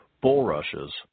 bulrushes